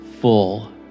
full